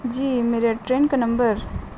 جی میرا ٹرین کا نمبر